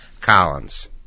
collins